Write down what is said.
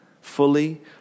Fully